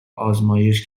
آزمایش